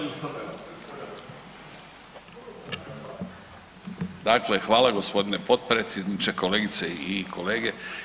Dakle hvala g. potpredsjedniče, kolegice i kolege.